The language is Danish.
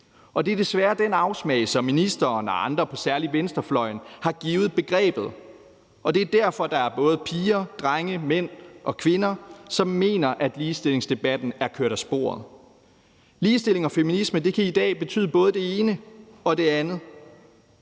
Det er desværre den afsmag, som ministeren og andre på særlig venstrefløjen har givet begrebet, og det er derfor, at der er både piger, drenge, mænd og kvinder, som mener, at ligestillingsdebatten er kørt af sporet. Ligestilling og feminisme kan i dag betyde både det ene og det andet;